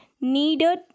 Needed